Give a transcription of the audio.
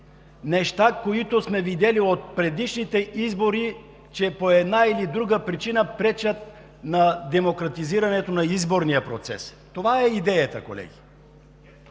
неща, които сме видели от предишните избори, които по една или друга причина пречат на демократизирането на изборния процес. Това е идеята, колеги.